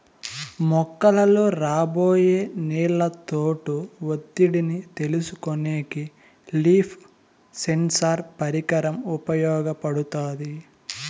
మొక్కలలో రాబోయే నీళ్ళ లోటు ఒత్తిడిని తెలుసుకొనేకి లీఫ్ సెన్సార్ పరికరం ఉపయోగపడుతాది